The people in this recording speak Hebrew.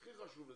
הכי חשוב הוא